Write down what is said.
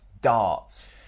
darts